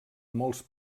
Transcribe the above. molts